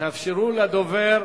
תאפשרו לדובר.